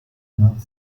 nach